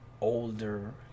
Older